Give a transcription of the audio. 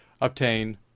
obtain